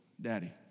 Daddy